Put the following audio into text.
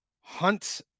hunt